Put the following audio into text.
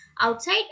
outside